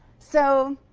so